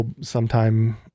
sometime